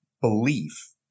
belief